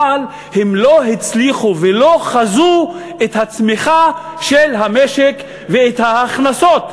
אבל הם לא הצליחו ולא חזו את הצמיחה של המשק ואת ההכנסות.